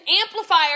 amplifier